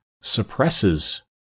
suppresses